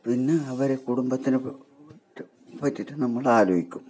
പിന്നെ അവരെ കുടുംബത്തിനെ പറ്റിയിട്ട് നമ്മൾ ആലോചിക്കും